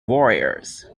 warriors